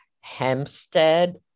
Hempstead